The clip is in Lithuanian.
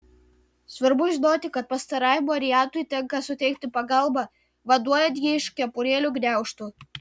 svarbu žinoti kad pastarajam variantui tenka suteikti pagalbą vaduojant jį iš kepurėlių gniaužtų